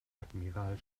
admiral